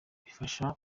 bifasha